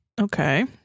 Okay